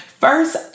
first